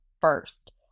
first